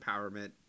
empowerment